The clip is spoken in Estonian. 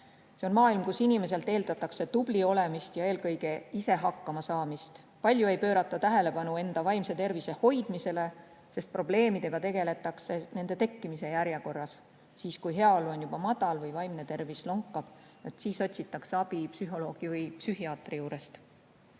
See on maailm, kus inimeselt eeldatakse tubli olemist ja eelkõige ise hakkama saamist. Palju ei pöörata tähelepanu enda vaimse tervise hoidmisele, sest probleemidega tegeldakse nende tekkimise järjekorras siis, kui heaolu on juba madal või vaimne tervis lonkab. Siis otsitakse abi psühholoogi või psühhiaatri juurest.